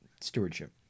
stewardship